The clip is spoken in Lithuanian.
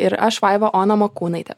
ir aš vaiva ona makūnaitė